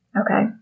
Okay